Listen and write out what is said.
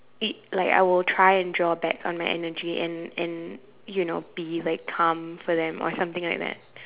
it like I will try and draw back on my energy and and you know be like calm for them or something like that